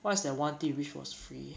what is that one thing we wish was free